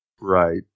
Right